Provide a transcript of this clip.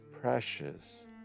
precious